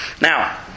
Now